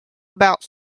about